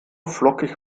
flockig